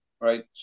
right